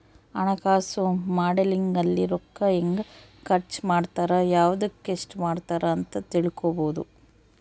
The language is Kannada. ಹಣಕಾಸು ಮಾಡೆಲಿಂಗ್ ಅಲ್ಲಿ ರೂಕ್ಕ ಹೆಂಗ ಖರ್ಚ ಮಾಡ್ತಾರ ಯವ್ದುಕ್ ಎಸ್ಟ ಮಾಡ್ತಾರ ಅಂತ ತಿಳ್ಕೊಬೊದು